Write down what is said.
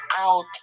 out